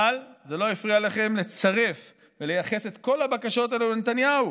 אבל זה לא הפריע לכם לצרף ולייחס את כל הבקשות האלה לנתניהו,